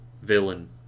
Villain